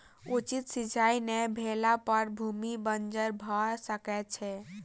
उचित सिचाई नै भेला पर भूमि बंजर भअ सकै छै